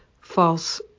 false